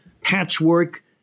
patchwork